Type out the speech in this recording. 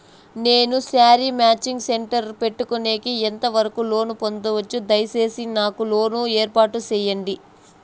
నేను sari matching centre పెట్టుకునేకి ఎంత వరకు లోను పొందొచ్చు? దయసేసి నాకు లోను ఏర్పాటు సేయండి?